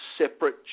separate